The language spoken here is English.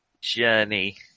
journey